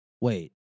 Wait